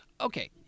Okay